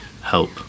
help